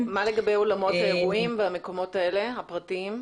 מה לגבי אולמות אירועים והמקומות הפרטיים?